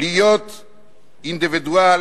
להיות אינדיבידואל,